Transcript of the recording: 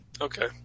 Okay